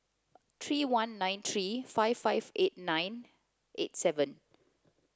three one nine three five five eight nine eight seven